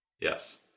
Yes